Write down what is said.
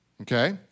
Okay